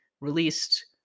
released